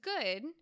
good